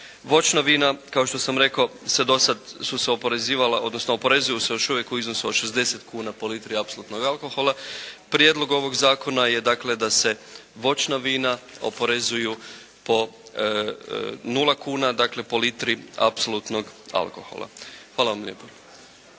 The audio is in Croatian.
Voćna vina kao što sam rekao su se dosad oporezivala odnosno oporezuju se još uvijek u iznosu od 60 kuna po litri apsolutnog alkohola. Prijedlog ovog zakona je dakle da se voćna vina oporezuju po nula kuna dakle, po litri apsolutnog alkohola. Hvala vam lijepo.